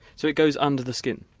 so it goes under the skin?